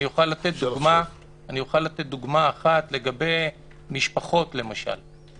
אוכל לתת דוגמה אחת לגבי משפחות, למשל.